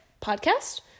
podcast